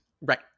Right